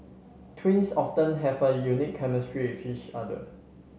twins often have a unique chemistry with each other